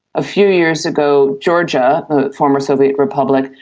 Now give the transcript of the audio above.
a few years ago georgia, the former soviet republic,